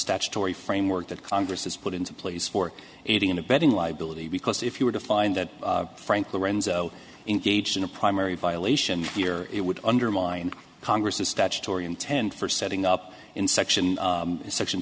statutory framework that congress has put into place for aiding and abetting liability because if you were to find that frankly renzo engaged in a primary violation here it would undermine congress's statutory intend for setting up in section section